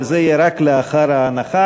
אבל זה יהיה רק לאחר ההנחה.